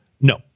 No